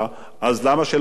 אז למה שלא להצביע?